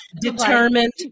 Determined